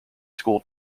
school